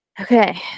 okay